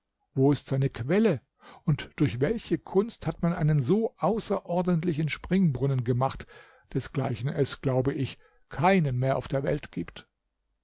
wo ist seine quelle und durch welche kunst hat man einen so außerordentlichen springbrunnen gemacht desgleichen es glaube ich keinen mehr auf der welt gibt